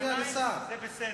זה בסדר.